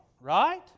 Right